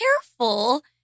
careful